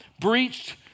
breached